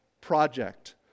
project